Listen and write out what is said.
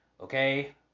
Okay